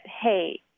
hey